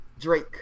Drake